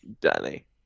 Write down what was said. Danny